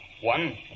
One